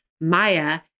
Maya